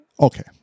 Okay